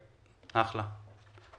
תודה.